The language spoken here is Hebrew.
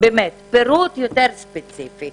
באמת פירוט יותר ספציפי.